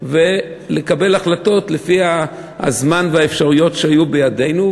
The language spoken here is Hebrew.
ולקבל החלטות לפי הזמן והאפשרויות שהיו בידינו,